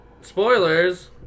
Spoilers